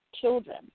children